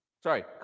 Sorry